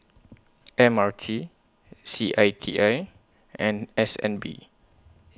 M R T C I T I and S N B